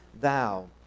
thou